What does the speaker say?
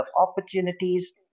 opportunities